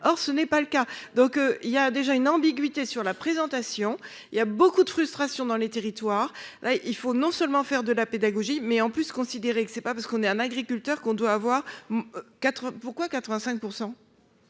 or ce n'est pas le cas, donc il y a déjà une ambiguïté sur la présentation il y a beaucoup de frustration dans les territoires, il faut non seulement faire de la pédagogie, mais en plus considérer que c'est pas parce qu'on est un agriculteur qu'on doit avoir quatre pourquoi 85